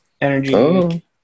Energy